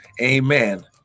amen